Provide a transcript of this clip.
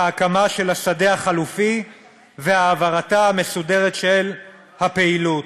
ההקמה של השדה החלופי והעברתה המסודרת של הפעילות".